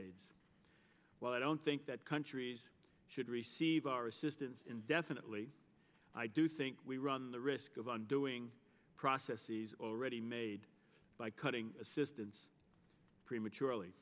a while i don't think that countries should receive our assistance indefinitely i do think we run the risk of on doing processes already made by cutting assistance prematurely